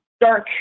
dark